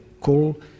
call